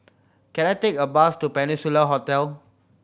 can I take a bus to Peninsula Hotel